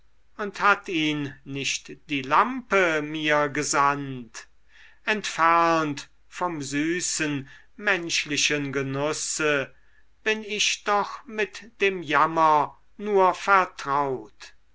und hat ihn nicht die lampe mir gesandt entfernt vom süßen menschlichen genusse bin ich doch mit dem jammer nur vertraut